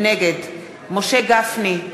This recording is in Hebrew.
נגד משה גפני,